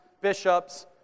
bishops